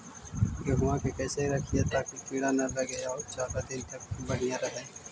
गेहुआ के कैसे रखिये ताकी कीड़ा न लगै और ज्यादा दिन तक बढ़िया रहै?